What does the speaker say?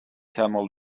camel